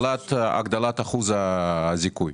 הגדלת אחוז הזיכוי.